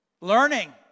Learning